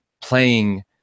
playing